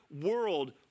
world